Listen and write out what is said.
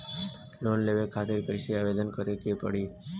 Loan लेवे खातिर कइसे आवेदन करें के पड़ी?